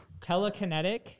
Telekinetic